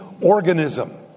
organism